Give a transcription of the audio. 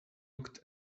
looked